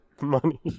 money